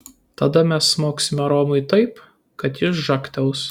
tada mes smogsime romui taip kad jis žagtels